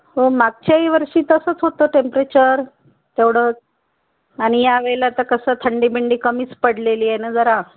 हो मागच्याही वर्षी तसंच होतं टेम्परेचर तेवढं आणि यावेळेला तर कसं थंडी बिंडी कमीच पडलेली आहे ना जरा